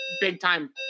big-time